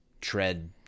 tread